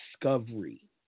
discovery